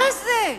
מה זה?